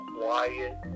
quiet